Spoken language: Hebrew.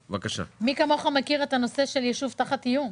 מי כמוך מכיר את הנושא של יישוב תחת איום.